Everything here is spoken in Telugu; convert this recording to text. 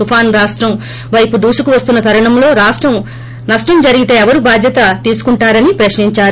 తుపాను రాష్టం వైపు దూసుకోస్తున్న తరుణంలో నష్టం జరిగితే ఎవరు బాధ్యత తీసుకుంటారని ప్రశ్నించారు